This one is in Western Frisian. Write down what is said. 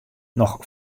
noch